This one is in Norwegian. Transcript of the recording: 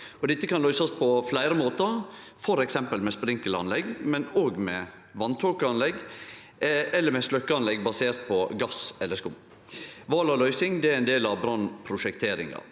Dette kan løysast på fleire måtar, f.eks. med sprinklaranlegg, men også med vasståkeanlegg eller med sløkkeanlegg basert på gass eller skum. Val av løysing er ein del av brannprosjekteringa.